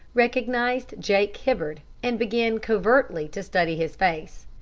recognized jake hibbard, and began covertly to study his face.